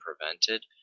prevented